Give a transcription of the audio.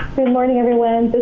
morning, everyone.